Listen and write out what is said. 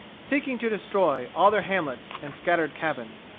seeking to destroy all their hamlets and scattered cabins.